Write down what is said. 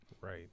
Right